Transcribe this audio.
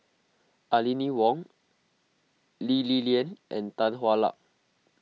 Aline Wong Lee Li Lian and Tan Hwa Luck